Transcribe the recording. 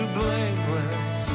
blameless